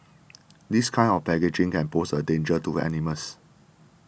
this kind of packaging can pose a danger to animals